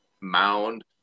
mound